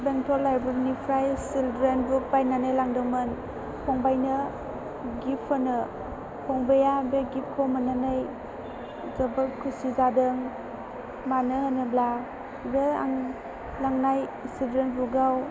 बेंटल लाइब्रेरिनिफ्राय children book बायनानै लांदोंमोन फंबायनो गिफ्त होनो फंबाया बे गिफ्तखौ मोननानै जोबोर खुसि जादों मानो होनोब्ला बे आं लांनाय सिलद्रेन बुकआव